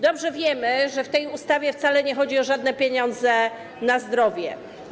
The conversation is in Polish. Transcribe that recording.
Dobrze wiemy, że w tej ustawie wcale nie chodzi o żadne pieniądze na zdrowie.